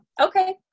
Okay